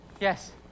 Yes